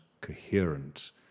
coherent